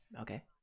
Okay